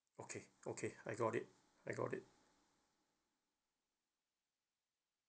okay okay I got it I got it